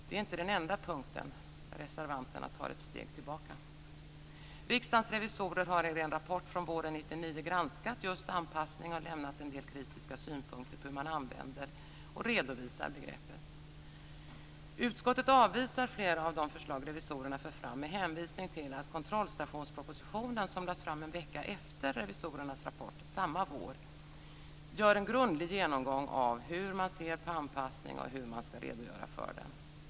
Det är inte den enda punkten där reservanterna tar ett steg tillbaka. Riksdagens revisorer har i en rapport från våren 1999 granskat just anpassning och lämnat en del kritiska synpunkter på hur man använder och redovisar begreppet. Utskottet avvisar flera av de förslag som revisorerna för fram med hänvisning till att kontrollstationspropositionen, som lades fram en vecka efter revisorernas rapport samma vår, gör en grundlig genomgång av hur man ser på anpassning och hur man ska redogöra för den.